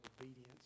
obedience